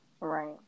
Right